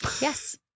Yes